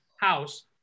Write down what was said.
house